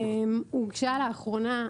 הוגשה לאחרונה,